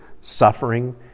suffering